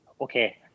Okay